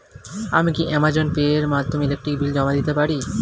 আমি কি Amazon pay এর মাধ্যমে ইলেকট্রিক বিল জমা দিতে পারি?